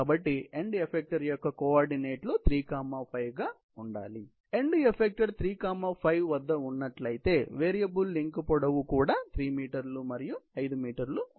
కాబట్టి end effector యొక్క కోఆర్డినేట్లు 3 5 గా ఉండాలి సరే మరియు ఎండ్ ఎఫెక్టర్ 3 5 వద్ద ఉన్నట్లయితే వేరియబుల్ లింక్ పొడవు కూడా 3 మీటర్లు మరియు 5 మీటర్లు ఉండాలి